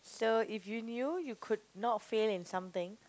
so if you knew you could not fail in something